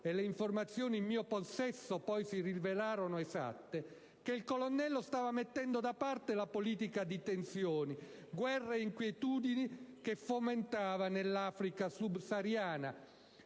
(e le informazioni in mio possesso si rivelarono esatte) che il colonnello stava mettendo da parte la politica di tensioni, guerre e inquietudini che fomentava nell'Africa subsahariana».